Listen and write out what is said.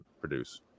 produce